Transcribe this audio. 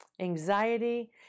Anxiety